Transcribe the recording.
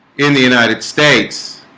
in the united states